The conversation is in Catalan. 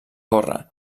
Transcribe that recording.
córrer